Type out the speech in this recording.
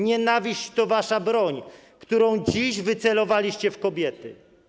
Nienawiść to wasza broń, którą dziś wycelowaliście w kobiety.